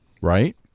Right